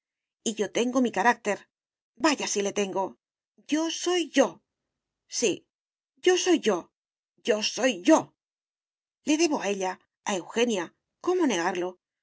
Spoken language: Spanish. y yo tengo mi carácter vaya si le tengo yo soy yo sí yo soy yo yo soy yo le debo a ella a eugenia cómo negarlo el